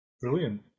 brilliant